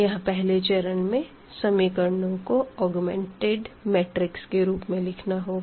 यहां पहले चरण में इक्वेशनस को ऑगमेंटेड मैट्रिक्स के रूप में लिखना होगा